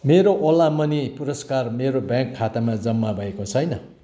मेरो ओला मनी पुरस्कार मेरो ब्याङ्क खातामा जम्मा भएको छैन